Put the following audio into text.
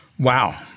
Wow